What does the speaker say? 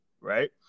Right